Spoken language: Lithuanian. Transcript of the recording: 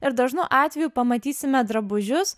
ir dažnu atveju pamatysime drabužius